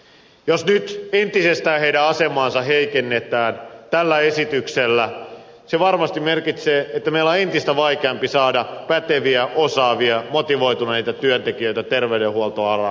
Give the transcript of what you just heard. jos nyt entisestään heidän asemaansa heikennetään tällä esityksellä se varmasti merkitsee että meidän on entistä vaikeampi saada päteviä osaavia motivoituneita työntekijöitä terveydenhuoltoalalle